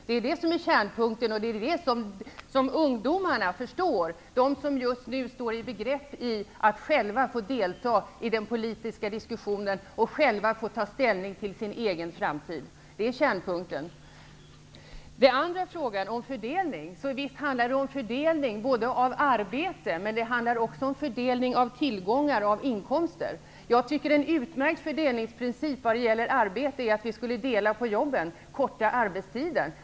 Det är detta som är kärnpunkten, och det är detta som ungdomarna förstår, de som just nu står i begrepp att själva få delta i den politiska diskussionen och få ta ställning till sin egen framtid. Så till den andra frågan, om fördelningen. Visst handlar det om fördelning av arbete, men det handlar också om fördelning av tillgångar och av inkomster. En utmärkt fördelningsprincip när det gäller arbete är att dela på jobben och korta ner arbetstiden.